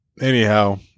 anyhow